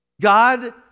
God